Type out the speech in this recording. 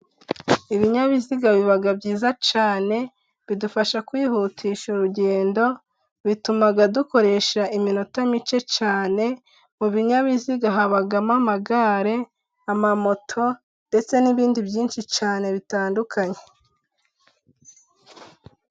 Ibinyabiziga biba byiza cyane, bidufasha kwihutisha urugendo, bituma dukoresha iminota mike cyane, mu binyabiziga habamo amagare, amamoto ndetse n'ibindi byinshi cyane bitandukanye.